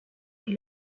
que